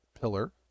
pillar